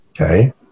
Okay